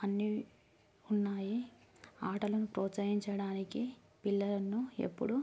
అన్నీ ఉన్నాయి ఆటలను ప్రోత్సహించడానికి పిల్లలను ఎప్పుడు